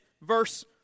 verse